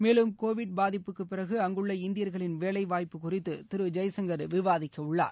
மேலும் கோவிட் பாதிப்புக்கு பிறகு அங்குள்ள இந்தியர்களின் வேலை வாய்ப்பு குறித்து திரு ஜெய்சங்கர் விவாதிக்கவுள்ளார்